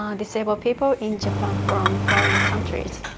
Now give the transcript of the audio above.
um disabled people in japan from foreign countries